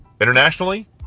Internationally